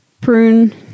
prune